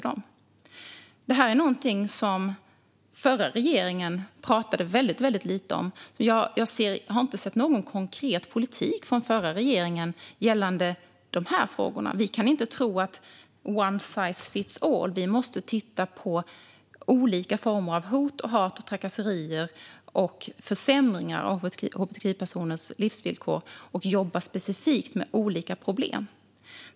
Detta är någonting som den förra regeringen pratade väldigt lite om. Och jag har inte sett någon konkret politik från den förra regeringen gällande dessa frågor. Vi kan inte tro att one size fits all. Vi måste titta på olika former av hot, hat och trakasserier samt försämringar av hbtqi-personers livsvillkor och jobba specifikt med olika problem.